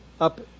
up